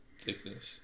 thickness